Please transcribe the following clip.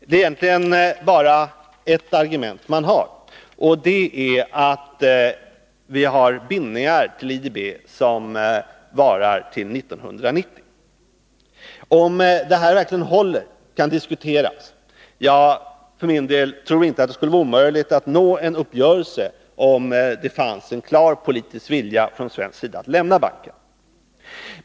Man har egentligen bara ett argument, nämligen att vi har bindningar till IDB som varar till år 1990. Det kan diskuteras om detta argument verkligen är hållbart. För min del tror jag inte att det skulle vara omöjligt att nå en uppgörelse om att lämna banken, om det från svensk sida fanns en klar politisk vilja att göra det.